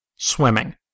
Swimming